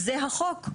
זה החוק.